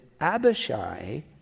Abishai